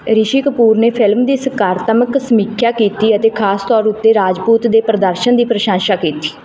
ਰਿਸ਼ੀ ਕਪੂਰ ਨੇ ਫ਼ਿਲਮ ਦੀ ਸਕਾਰਾਤਮਕ ਸਮੀਖਿਆ ਕੀਤੀ ਅਤੇ ਖ਼ਾਸ ਤੌਰ ਉੱਤੇ ਰਾਜਪੂਤ ਦੇ ਪ੍ਰਦਰਸ਼ਨ ਦੀ ਪ੍ਰਸ਼ੰਸਾ ਕੀਤੀ